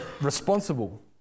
responsible